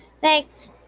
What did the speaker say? Thanks